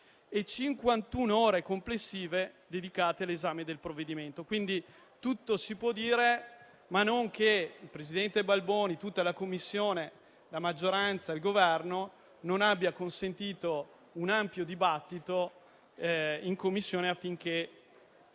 e 51 ore complessive dedicate all'esame del testo. Tutto si può dire, ma non che il presidente Balboni, tutta la Commissione, la maggioranza e il Governo non abbiano consentito un ampio dibattito in Commissione affinché